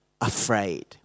afraid